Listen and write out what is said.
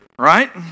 right